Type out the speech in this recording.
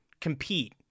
compete